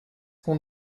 qu’on